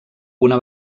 una